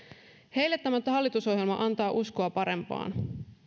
heille tämä hallitusohjelma antaa uskoa parempaan